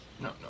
No